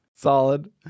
Solid